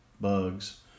bugs